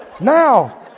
Now